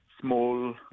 small